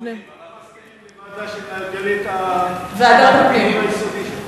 אנחנו מסכימים לוועדה שתארגן את הדיון היסודי.